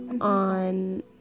on